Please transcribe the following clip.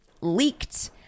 leaked